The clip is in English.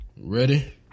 ready